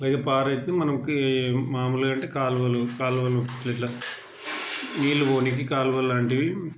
అలాగే పార అయితే మనకి మాములుగా అంటే కాలువలు కాలువలు ఇట్లా నీళ్ళు పోనీకి కాలువల్లాంటివి